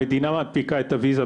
המדינה מנפיקה את הוויזה,